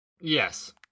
Yes